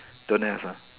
don't have ah